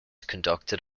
conducted